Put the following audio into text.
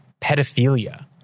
pedophilia